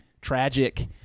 tragic